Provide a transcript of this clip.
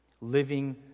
living